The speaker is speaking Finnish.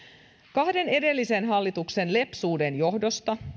kahden edellisen hallituksen lepsuuden johdosta